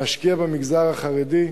להשקיע במגזר החרדי,